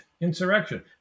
insurrection